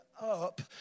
up